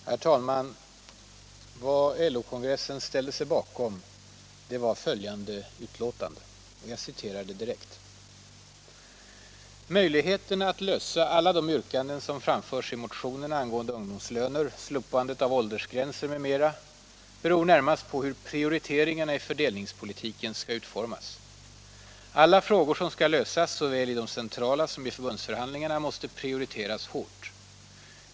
Herr talman! Vad LO-kongressen ställde sig bakom var följande utlåtande: ”Möjligheterna att lösa alla de yrkanden som framförs i motionerna angående ungdomslöner, slopandet av åldersgränser m.m. beror närmast på hur prioriteringarna i fördelningspolitiken skall utformas. Alla frågor som skall lösas, såväl i de centrala som i förbundsförhandlingarna, måste prioriteras hårt.